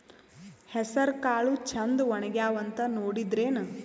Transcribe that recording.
ಹೆಸರಕಾಳು ಛಂದ ಒಣಗ್ಯಾವಂತ ನೋಡಿದ್ರೆನ?